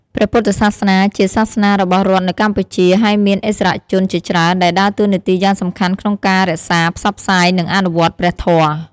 ព្រះពុទ្ធសាសនាជាសាសនារបស់រដ្ឋនៅកម្ពុជា ហើយមានឥស្សរជនជាច្រើនដែលដើរតួនាទីយ៉ាងសំខាន់ក្នុងការរក្សា ផ្សព្វផ្សាយ និងអនុវត្តព្រះធម៌។